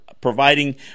providing